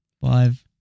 Five